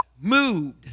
moved